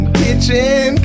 kitchen